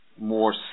more